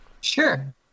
Sure